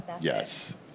Yes